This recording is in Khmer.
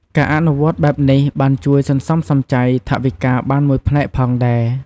ការអនុវត្តន៍បែបនេះបានជួយសន្សំសំចៃថវិកាបានមួយផ្នែកផងដែរ។